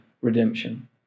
redemption